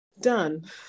done